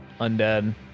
Undead